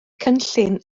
cynllun